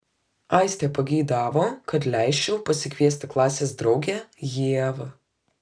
aistė pageidavo kad leisčiau pasikviesti klasės draugę ievą